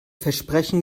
versprechen